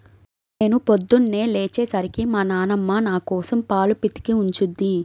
నేను రోజూ పొద్దన్నే లేచే సరికి మా నాన్నమ్మ నాకోసం పాలు పితికి ఉంచుద్ది